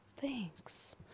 Thanks